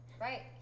Right